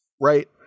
right